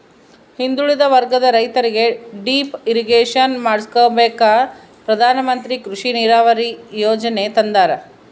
ಹಿಂದುಳಿದ ವರ್ಗದ ರೈತರಿಗೆ ಡಿಪ್ ಇರಿಗೇಷನ್ ಮಾಡಿಸ್ಕೆಂಬಕ ಪ್ರಧಾನಮಂತ್ರಿ ಕೃಷಿ ನೀರಾವರಿ ಯೀಜನೆ ತಂದಾರ